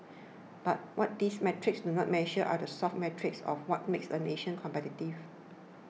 but what these metrics do not measure are the soft metrics of what makes a nation competitive